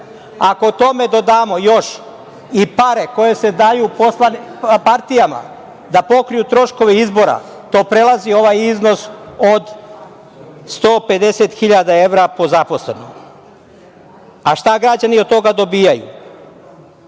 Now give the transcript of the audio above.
Ako tome dodamo još i pare koje se daju partijama da pokriju troškove izbora, to prelazi ovaj iznos od 150 hiljada evra po zaposlenom. Šta građani od toga dobijaju?